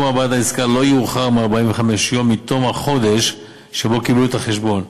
בעד העסקה לא יאוחר מ-45 ימים מתום החודש שבו קיבלו את החשבון,